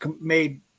made